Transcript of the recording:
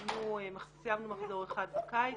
סיימנו מחזור אחד בקיץ,